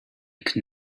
could